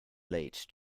late